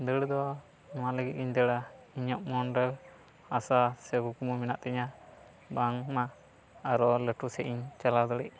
ᱫᱟᱹᱲ ᱫᱚ ᱱᱚᱣᱟ ᱞᱟᱹᱜᱤᱫ ᱜᱮᱧ ᱫᱟᱹᱲᱟ ᱤᱧᱟᱹᱜ ᱢᱚᱱ ᱨᱮ ᱟᱥᱟ ᱥᱮ ᱠᱩᱠᱢᱩ ᱢᱮᱱᱟᱜ ᱛᱤᱧᱟᱹ ᱵᱟᱝᱢᱟ ᱟᱨᱚ ᱞᱟᱹᱴᱩ ᱥᱮᱡ ᱤᱧ ᱪᱟᱞᱟᱣ ᱫᱟᱲᱤᱜ